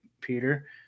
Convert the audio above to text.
Peter